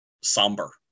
somber